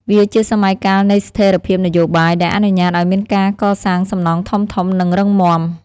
វាជាសម័យកាលនៃស្ថិរភាពនយោបាយ ដែលអនុញ្ញាតឱ្យមានការកសាងសំណង់ធំៗ និងរឹងមាំ។